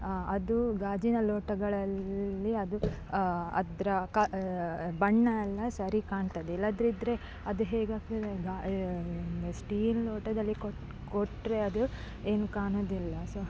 ಅದು ಗಾಜಿನ ಲೋಟಗಳಲ್ಲಿ ಅದು ಅದರ ಕ ಬಣ್ಣ ಎಲ್ಲ ಸರಿ ಕಾಣ್ತದೆ ಇಲ್ಲದಿದ್ರೆ ಅದು ಹೇಗಾಗ್ತದೆ ಗ ಸ್ಟೀಲ್ ಲೋಟದಲ್ಲಿ ಕೊಟ್ಟ ಕೊಟ್ಟರೆ ಅದು ಏನು ಕಾಣುವುದಿಲ್ಲ ಸೊ